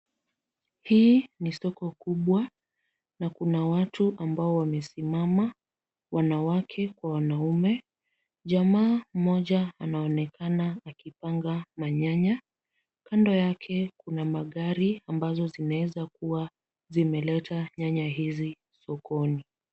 Hii ni soko kubwa na kuna watu ambao wamesimama, wanawake kwa wanaume. Jamaa mmoja anaonekana akipanga manyanya. Kando yake kuna magari ambazo zinaweza kuwa zimeleta nyanya hizi sokoni.